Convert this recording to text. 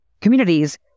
communities